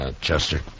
Chester